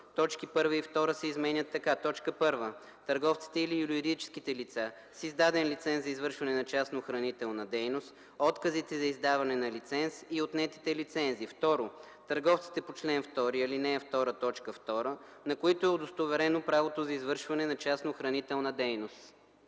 точки 1 и 2 се изменят така: „1. търговците или юридическите лица с издаден лиценз за извършване на частна охранителна дейност, отказите за издаване на лиценз и отнетите лицензи; 2. търговците по чл. 2, ал. 2, т. 2, на които е удостоверено правото за извършване на частна охранителна дейност;”.”